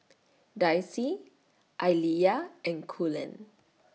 Dicy Aaliyah and Cullen